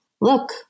look